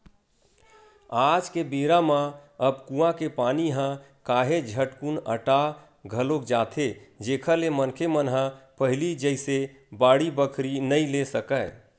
आज के बेरा म अब कुँआ के पानी ह काहेच झटकुन अटा घलोक जाथे जेखर ले मनखे मन ह पहिली जइसे बाड़ी बखरी नइ ले सकय